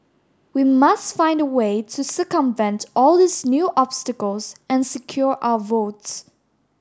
we must find a way to circumvent all these new obstacles and secure our votes